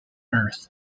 earth